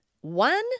one